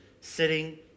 sitting